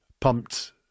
pumped